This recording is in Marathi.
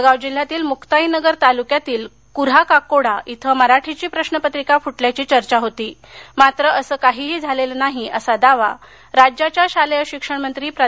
जळगाव जिल्ह्यातील मुकाईनगर तालुक्यातील कुन्हाकाकोडा येथे मराठीची प्रश्रपत्रिका फुटल्याची चर्चा होती मात्र असं काहीही झालेलं नाही नाही असा दावा राज्याच्या शालेय शिक्षणमंत्री प्रा